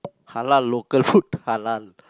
halal local food halal